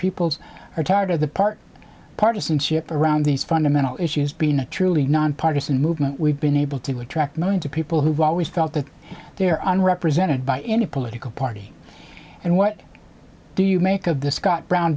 peoples are tired of the part partisanship around these fundamental issues been a truly nonpartisan movement we've been able to attract millions of people who've always felt that they're on represented by any political party and what do you make of the scott brown